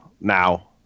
Now